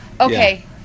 okay